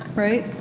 right?